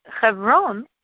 Hebron